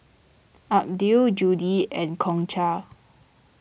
Abdiel Judi and Concha